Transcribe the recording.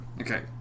Okay